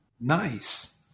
Nice